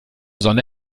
sonne